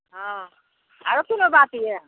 हँ आरो कोनो बात यऽ